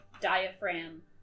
diaphragm